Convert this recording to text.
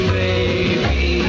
baby